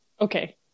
okay